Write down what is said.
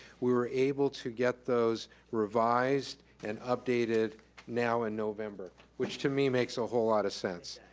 we were able to get those revised and updated now in november, which to me makes a whole lot of sense.